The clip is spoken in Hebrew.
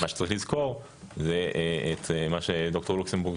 מה שצריך לזכור זה את מה שד"ר לוקסמבורג